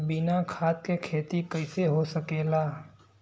बिना खाद के खेती कइसे हो सकेला?